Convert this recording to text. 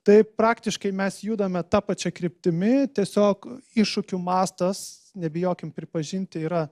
tai praktiškai mes judame ta pačia kryptimi tiesiog iššūkių mastas nebijokim pripažinti yra